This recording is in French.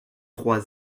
trois